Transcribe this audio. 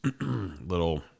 little